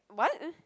what